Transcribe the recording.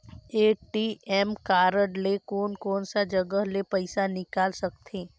ATM card ले कोन कोन सा जगह ले पइसा निकाल सकथे?